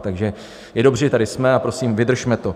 Takže je dobře, že tady jsme, a prosím, vydržme to.